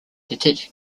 detect